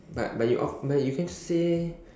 but but you off but you can just say